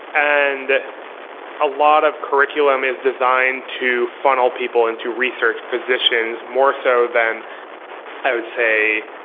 and a lot of curriculum is designed to funnel people into research positions, more so than i would say,